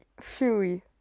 Fury